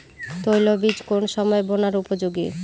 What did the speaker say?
তৈলবীজ কোন সময়ে বোনার উপযোগী?